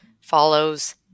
follows